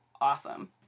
awesome